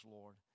Lord